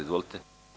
Izvolite.